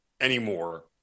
anymore